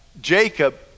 jacob